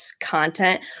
content